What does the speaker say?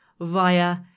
via